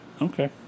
Okay